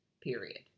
period